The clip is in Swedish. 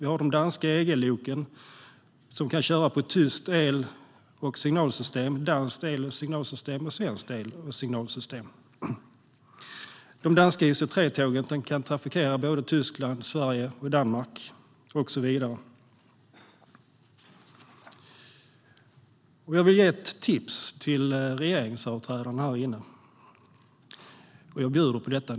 Vi har de danska EG-loken som kan köra på tyskt el och signalsystem, danskt el och signalsystem och svenskt el och signalsystem, och de danska IC3-tågen kan trafikera såväl Tyskland som Sverige och Danmark. Jag vill ge ett tips till regeringsföreträdarna här inne; jag bjuder på detta.